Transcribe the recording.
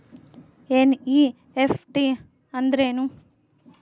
NEFT ಅಂದ್ರೆನು?